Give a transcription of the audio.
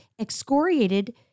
excoriated